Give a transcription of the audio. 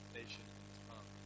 nation